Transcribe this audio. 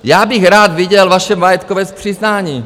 Já bych rád viděl vaše majetkové přiznání.